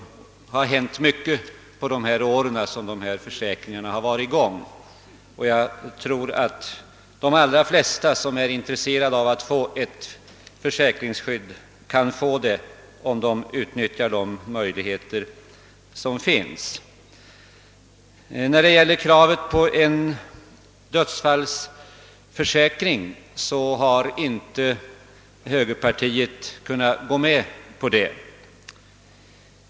Det har hänt mycket under de år som dessa försäkringar funnits till. Jag tror att de allra flesta som är intresserade av att få ett försäkringsskydd kan erhålla ett sådant om de utnyttjar de möjligheter som finns. Högerpartiet har inte kunnat gå med på kravet på en dödsfallsförsäkring.